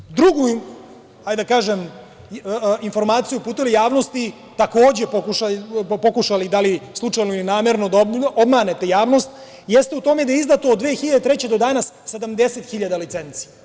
Zatim ste, drugu, hajde da kažem, informaciju uputili javnosti, takođe pokušali, da li, slučajno ili namerno, da obmanete javnost, jeste u tome da je izdato od 2003. godine do danas 70 hiljada licenci.